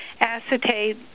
acetate